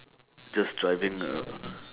just driving uh